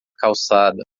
calçada